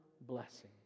blessing